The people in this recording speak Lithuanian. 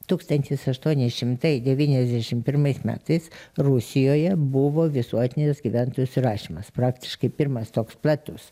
tūkstantis aštuoni šimtai devyniasdešim pirmais metais rusijoje buvo visuotinis gyventojų surašymas praktiškai pirmas toks platus